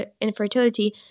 infertility